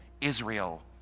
Israel